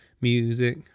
Music